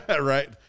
right